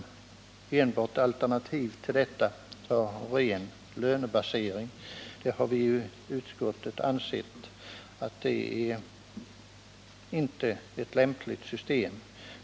Men att såsom ett alternativ till detta ha endast en ren lönebasering har vi i utskottet inte ansett vara ett lämpligt system.